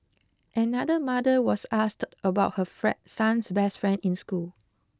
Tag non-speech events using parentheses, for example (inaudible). another mother was asked about her (unintelligible) son's best friend in school